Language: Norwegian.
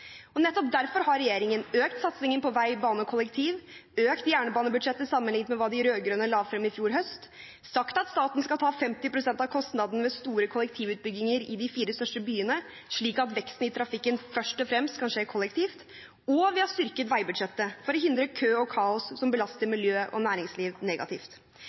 måte. Nettopp derfor har regjeringen økt satsingen på vei, bane og kollektiv, økt jernbanebudsjettet sammenlignet med hva de rød-grønne la frem i fjor høst, sagt at staten skal ta 50 pst. av kostnaden ved store kollektivutbygginger i de fire største byene, slik at veksten i trafikken først og fremst kan skje kollektivt, og styrket veibudsjettet for å hindre kø og kaos som belaster miljø og næringsliv negativt.